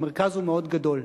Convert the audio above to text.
המרכז הוא מאוד גדול.